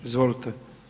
Izvolite.